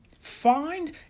find